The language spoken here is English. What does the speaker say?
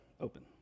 open